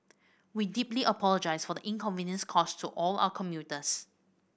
we deeply apologise for the inconvenience caused to all our commuters